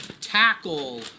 Tackle